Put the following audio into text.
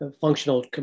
functional